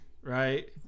right